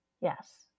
Yes